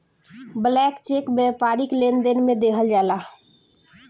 blank cheque व्यापारिक लेनदेन में देहल जाला